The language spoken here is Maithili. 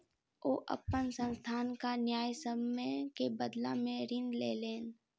ओ अपन संस्थानक न्यायसम्य के बदला में ऋण लेलैन